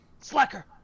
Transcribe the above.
Slacker